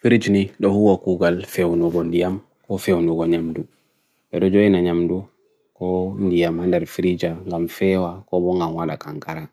Firit nii, dohu wa kougal feo nubo ndiyam, o feo nubo nyamdu. E rojoin nanyamdu, ko ndiyam hendari frija, lam fewa, ko bongan wala kankara.